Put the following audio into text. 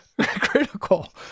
Critical